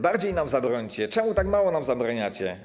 Bardziej nam zabrońcie, czemu tak mało nam zabraniacie?